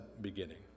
beginning